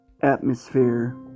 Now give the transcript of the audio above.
atmosphere